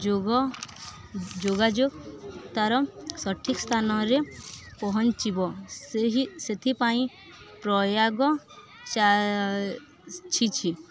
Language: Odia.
ଯୋଗ ଯୋଗାଯୋଗ ତା'ର ସଠିକ୍ ସ୍ଥାନରେ ପହଞ୍ଚିବ ସେହି ସେଥିପାଇଁ